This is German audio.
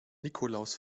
nikolaus